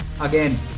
again